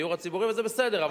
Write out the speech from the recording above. לדיור הציבורי, וזה בסדר.